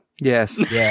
Yes